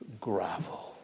gravel